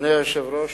אדוני היושב-ראש,